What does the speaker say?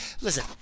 Listen